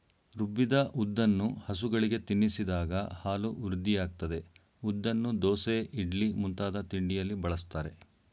ರುಬ್ಬಿದ ಉದ್ದನ್ನು ಹಸುಗಳಿಗೆ ತಿನ್ನಿಸಿದಾಗ ಹಾಲು ವೃದ್ಧಿಯಾಗ್ತದೆ ಉದ್ದನ್ನು ದೋಸೆ ಇಡ್ಲಿ ಮುಂತಾದ ತಿಂಡಿಯಲ್ಲಿ ಬಳಸ್ತಾರೆ